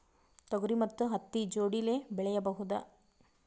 ತೊಗರಿ ಮತ್ತು ಹತ್ತಿ ಜೋಡಿಲೇ ಬೆಳೆಯಬಹುದಾ?